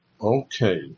Okay